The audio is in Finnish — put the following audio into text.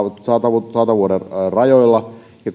saatavuuden saatavuuden rajoilla ja